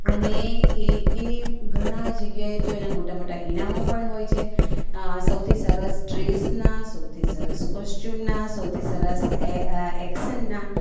અને એ એને ઘણા જગ્યાએ તો એનાં મોટાં મોટાં ઇનામો પણ હોય છે હા સૌથી સરસ ડ્રેસનાં સૌથી સરસ કોસ્ચ્યુમનાં સૌથી સરસ એક્શનનાં